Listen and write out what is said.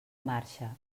marxa